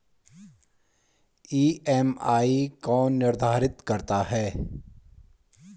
EMI कौन निर्धारित करता है?